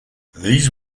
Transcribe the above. these